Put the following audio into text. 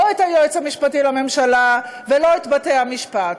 לא את היועץ המשפטי לממשלה ולא את בתי-המשפט,